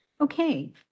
Okay